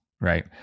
right